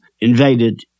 invaded